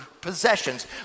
possessions